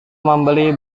membeli